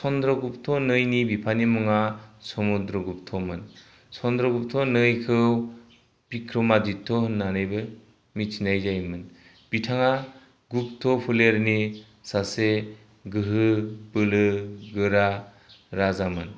चनद्रागुप्ता नैनि बिफानि मुङा समुद्रागुप्तामोन चनद्रागुप्ता नैखौ बिक्रम आदित्य मिथिनाय जायोमोन बिथाङा गुप्ता फोलेरनि सासे गोहो बोलो गोरा राजामोन